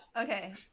Okay